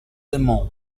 aimons